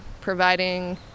providing